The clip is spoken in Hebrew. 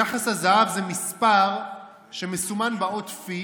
יחס הזהב זה מספר שמסומן באות "פי",